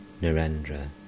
Narendra